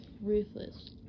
Ruthless